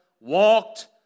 walked